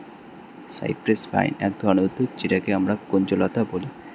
cypress vine এক ধরনের উদ্ভিদ যেটাকে আমরা কুঞ্জলতা বলি